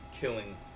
killing